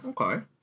okay